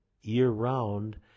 year-round